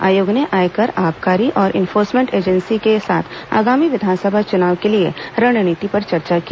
आयोग ने आयकर आबकारी और इन्फोर्समेंट एजेंसी के साथ आगामी विधानसभा चुनाव के लिए रणनीति पर चर्चा की